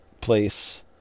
place